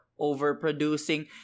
overproducing